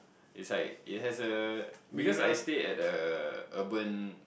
it's like it has a because I stay at the urban